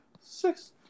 Six